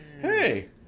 hey